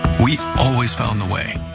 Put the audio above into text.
we always found the way.